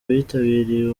abitabiriye